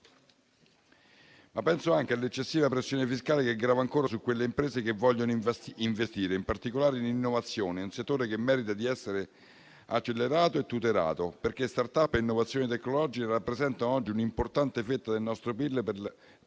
Ma penso anche all'eccessiva pressione fiscale che grava ancora su quelle imprese che vogliono investire, in particolare in innovazione, un settore che merita di essere accelerato e tutelato, perché *startup* e innovazioni tecnologiche rappresentano oggi un'importante fetta del nostro PIL nazionale.